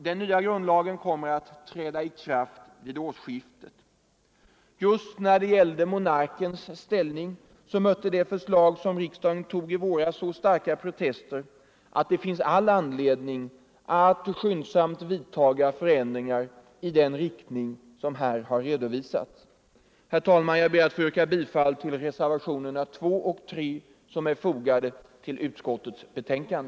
Den nya grundlagen kommer att träda i kraft vid årsskiftet. Just när det gällde monarkens ställning mötte det förslag som riksdagen tog i våras så starka protester att det finns all anledning att skyndsamt vidtaga förändringar i den riktning som här har redovisats. Jag ber, herr talman, att få yrka bifall till reservationerna 2 och 3, som är fogade till utskottets betänkande.